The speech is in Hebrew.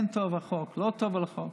כן טוב החוק, לא טוב החוק,